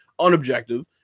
unobjective